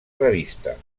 revista